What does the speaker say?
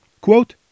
Quote